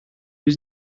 was